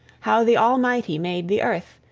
how the almighty made the earth,